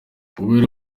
kubera